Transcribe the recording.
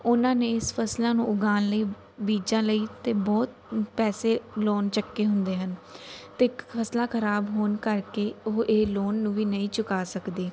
ਉਹਨਾਂ ਨੇ ਇਸ ਫਸਲਾਂ ਨੂੰ ਉਗਾਉਣ ਲਈ ਬੀਜਾਂ ਲਈ ਅਤੇ ਬਹੁਤ ਪੈਸੇ ਲੋਨ ਚੱਕੇ ਹੁੰਦੇ ਹਨ ਅਤੇ ਇੱਕ ਫਸਲਾਂ ਖਰਾਬ ਹੋਣ ਕਰਕੇ ਉਹ ਇਹ ਲੋਨ ਨੂੰ ਵੀ ਨਹੀਂ ਚੁਕਾ ਸਕਦੇ